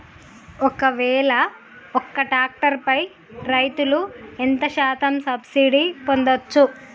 ఒక్కవేల ఒక్క ట్రాక్టర్ పై రైతులు ఎంత శాతం సబ్సిడీ పొందచ్చు?